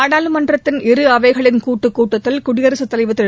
நாடாளுமன்றத்தின் இரு அவைகளின் கூட்டுக் கூட்டத்தில் குடியரசுத் தலைவர் திரு